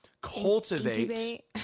cultivate